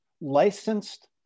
licensed